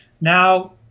now